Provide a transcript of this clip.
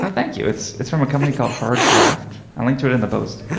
ah thank you. it's it's from a company called hard graft. i linked to it in the post.